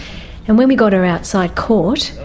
and when we got her outside court,